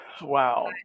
Wow